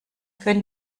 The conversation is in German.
können